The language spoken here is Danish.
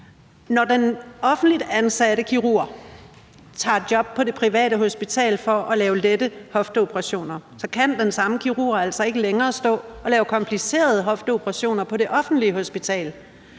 når den offentligt ansatte kirurg tager et job på det private hospital for at lave lette hofteoperationer, så kan den samme kirurg altså ikke længere stå og lave komplicerede hofteoperationer på det offentlige hospital.